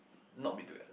not be together